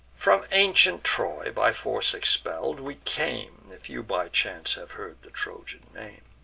from ancient troy, by force expell'd, we came if you by chance have heard the trojan name.